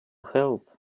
help